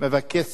מבקש